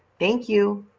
thank you.